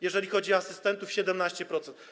Jeżeli chodzi o asystentów - 17%.